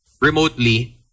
remotely